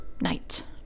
night